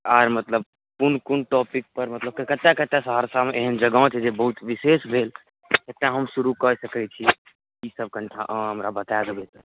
आर मतलब कोन कोन टॉपिक पर मतलब कतऽ कतऽ सहरसामे एहन जगह छै जे विशेष भेल जतऽ हम शुरू कए सकैत छी ई सब कनिटा अहाँ हमरा बता देबै तऽ